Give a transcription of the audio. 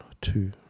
two